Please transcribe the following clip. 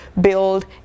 build